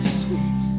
sweet